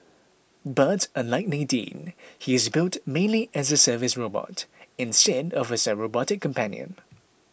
but unlike Nadine he is built mainly as a service robot instead of as a robotic companion